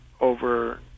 over